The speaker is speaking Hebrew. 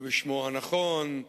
בשמו הנכון.